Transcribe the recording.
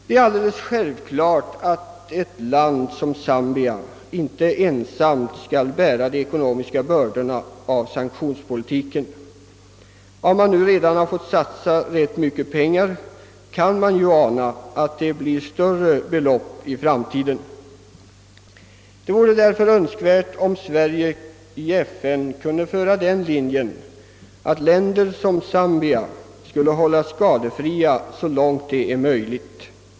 Det är alldeles självklart att ett land som Zambia inte ensamt skall bära de ekonomiska bördorna av sanktionspolitiken. Om landet redan nu har fått satsa rätt mycket pengar, kan man ana att det blir än större belopp i framtiden. Det vore därför önskvärt, om Sverige i FN kunde föra den linjen, att länder som Zambia skulle hållas skadeslösa så långt det är möjligt.